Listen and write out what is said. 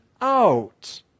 out